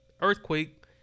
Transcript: earthquake